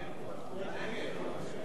ההצעה להסיר מסדר-היום את